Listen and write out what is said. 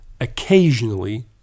Occasionally